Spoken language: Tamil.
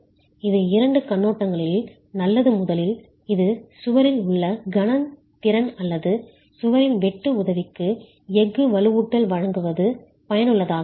இது இரண்டு கண்ணோட்டங்களில் நல்லது முதலில் இது சுவரில் உள்ள கணம் திறன் அல்லது சுவரில் வெட்டு உதவிக்கு எஃகு வலுவூட்டல் வழங்குவது பயனுள்ளதாக இருக்கும்